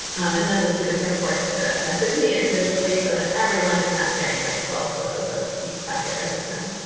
and then the students are forced to message and me individually so that everyone is not getting like twelve photos of each packet every time.